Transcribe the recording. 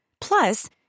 Plus